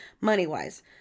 money-wise